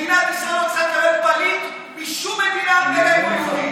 מדינת ישראל לא צריכה לקבל פליט משום מדינה אלא אם כן הוא יהודי?